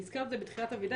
הזכרת את זה בתחילת הוועדה,